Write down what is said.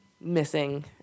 missing